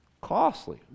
Costly